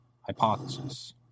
hypothesis